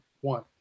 one